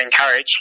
encourage